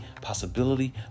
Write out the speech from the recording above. possibility